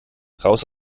raus